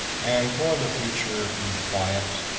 and for the future be quiet,